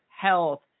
health